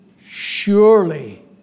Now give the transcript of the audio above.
surely